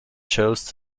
chose